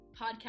podcast